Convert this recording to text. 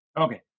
okay